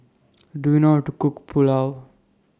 Do YOU know How to Cook Pulao